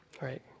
right